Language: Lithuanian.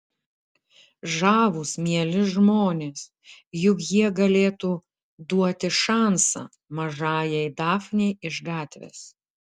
žavūs mieli žmonės juk jie galėtų duoti šansą mažajai dafnei iš gatvės